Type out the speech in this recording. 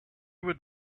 would